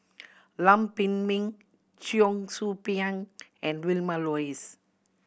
Lam Pin Min Cheong Soo Pieng and Vilma Laus